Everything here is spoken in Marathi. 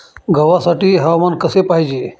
गव्हासाठी हवामान कसे पाहिजे?